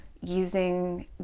using